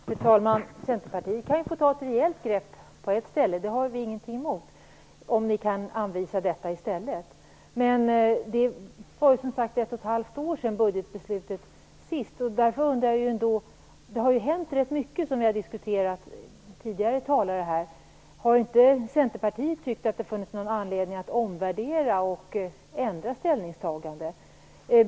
Fru talman! Centerpartiet kan få ta ett rejält grepp på ett ställe. Vi har ingenting emot om ni kan anvisa detta i stället. Men det var som sagt ett och ett halvt år sedan budgetbeslutet. Det har ju hänt ganska mycket, som tidigare talare har diskuterat här. Har inte Centerpartiet tyckt att det funnits någon anledning att omvärdera och ändra ställningstagandena?